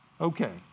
Okay